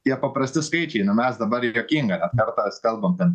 tie paprasti skaičiai nu mes dabar ir juokinga net kartais kalbam ten